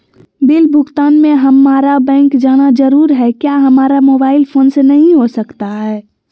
Bill भुगतान में हम्मारा बैंक जाना जरूर है क्या हमारा मोबाइल फोन से नहीं हो सकता है?